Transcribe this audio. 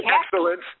excellence